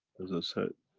as i said,